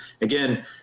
again